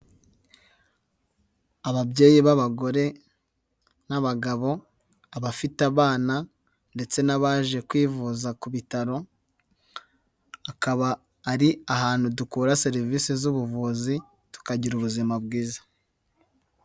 Ababyeyi b'abagore n'abagabo abafite abana ndetse n'abaje kwivuza ku bitaro, akaba ari ahantu dukura serivisi z'ubuvuzi tukagira ubuzima bwiza.